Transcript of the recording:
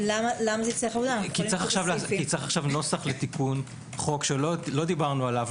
כי צריך עכשיו נוסח לתיקון חוק שלא דיברנו עליו,